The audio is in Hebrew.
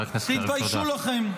תתביישו לכם.